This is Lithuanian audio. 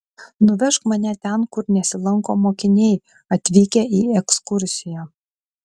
nuvežk mane ten kur nesilanko mokiniai atvykę į ekskursiją